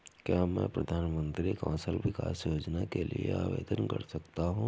क्या मैं प्रधानमंत्री कौशल विकास योजना के लिए आवेदन कर सकता हूँ?